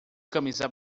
camisa